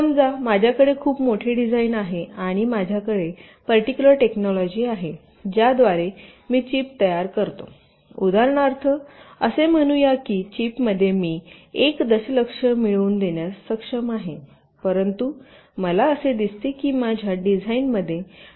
समजा माझ्याकडे खूप मोठे डिझाइन आहे आणि माझ्याकडे पर्टिक्युलर टेकनॉलॉजि आहे ज्याद्वारे मी चिप तयार करू शकतो उदाहरणार्थ असे म्हणूया की चिपमध्ये मी 1 दशलक्ष मिळवून देण्यास सक्षम आहे परंतु मला असे दिसते की माझ्या डिझाइनमध्ये 2